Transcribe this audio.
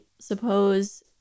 suppose